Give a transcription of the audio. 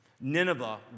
Nineveh